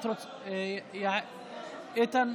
איתן,